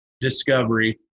discovery